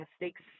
mistakes